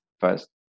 First